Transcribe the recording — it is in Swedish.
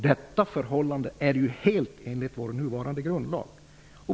Detta förhållande är ju helt i enlighet med vår nuvarande grundlag.